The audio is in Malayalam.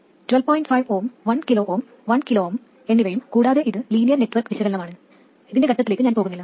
5 Ω 1 kΩ 1 kΩ എന്നിവയും കൂടാതെ ഇത് ലീനിയർ നെറ്റ്വർക്ക് വിശകലനമാണ് ഇതിന്റെ ഘട്ടത്തിലേക്ക് ഞാൻ പോകുന്നില്ല